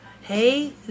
Hey